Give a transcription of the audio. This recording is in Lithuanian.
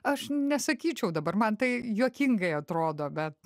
aš nesakyčiau dabar man tai juokingai atrodo bet